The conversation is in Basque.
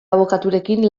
abokaturekin